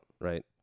right